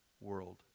world